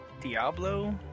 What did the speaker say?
Diablo